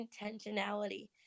intentionality